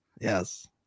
Yes